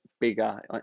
bigger